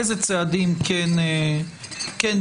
איזה צעדים כן בוצעו?